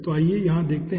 तो आइए यहां देखते हैं